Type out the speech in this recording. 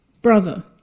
Brother